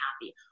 happy